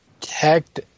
protect